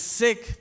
sick